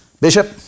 Bishop